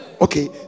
Okay